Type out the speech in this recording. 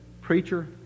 preacher